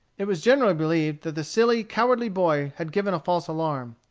it was generally believed that the silly, cowardly boy had given a false alarm.